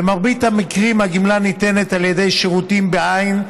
במרבית המקרים הגמלה ניתנת על ידי שירותים בעין,